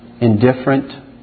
indifferent